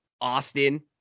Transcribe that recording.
Austin